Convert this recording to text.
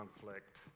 conflict